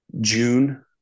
June